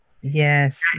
Yes